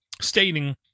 stating